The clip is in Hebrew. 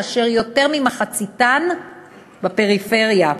כאשר יותר ממחציתן בפריפריה.